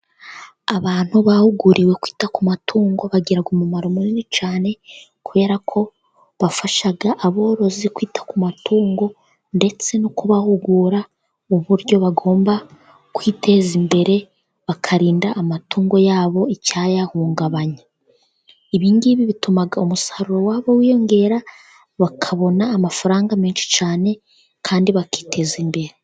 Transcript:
Abantu bahuguriwe kwita ku matungo bagira umumaro munini cyane, kubera ko bafasha aborozi kwita ku matungo, ndetse no kubahugura uburyo bagomba kwiteza imbere, bakarinda amatungo yabo icyayahungabanya. Ibingibi bituma umusaruro wabo wiyongera bakabona amafaranga menshi cyane, kandi bakiteza imbere.